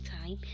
time